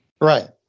Right